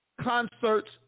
concerts